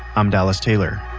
i'm dallas taylor